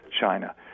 China